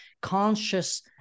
conscious